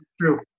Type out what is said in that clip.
true